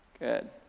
Good